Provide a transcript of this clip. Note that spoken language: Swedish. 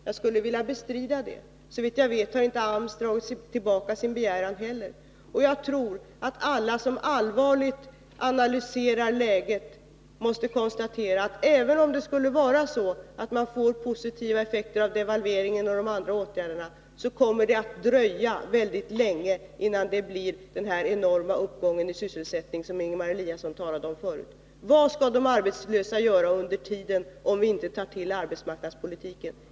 Jag skulle vilja bestrida det. Såvitt jag vet har AMS inte dragit tillbaka sin begäran heller. Jag tror att alla som allvarligt analyserar läget måste konstatera att även om det skulle vara så, att man får positiva effekter av devalveringen och de andra åtgärderna, kommer det ändå att dröja väldigt länge innan det blir den enorma uppgång i sysselsättning som Ingemar Eliasson talade om förut. Vad skall de arbetslösa göra under tiden, om vi inte tar till arbetsmarknadspolitiken?